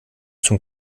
zum